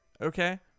Okay